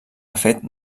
refet